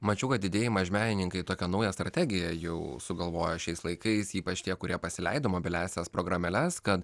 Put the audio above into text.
mačiau kad didieji mažmenininkai tokią naują strategiją jau sugalvojo šiais laikais ypač tie kurie pasileido mobiliąsias programėles kad